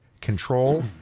control